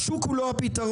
השוק הוא לא הפתרון,